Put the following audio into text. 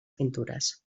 pintures